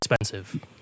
expensive